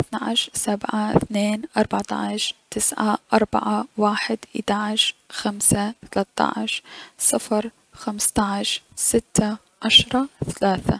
اثنعش سبعة اثنيناربعتعش تسعة اربعة واحد ايدعش خمسة ثلثتعش صفر خمستعش ستة عشرة ثلاصة.